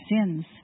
sins